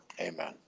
Amen